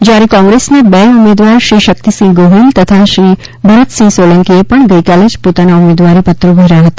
જયારે કોંગ્રેસના બે ઉમેદવાર શ્રી શક્તિસિંહ ગોહિલ તથા શ્રી ભરતસિંહ સોલંકીએ પણ ગઇકાલે જ પોતાના ઉમેદવારીપત્રો ભર્યા હતા